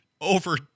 over